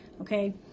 Okay